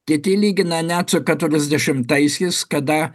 treti lygina net su keturiasdešimtaisiais kada